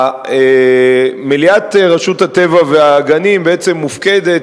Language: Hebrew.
מליאת רשות הטבע והגנים בעצם מופקדת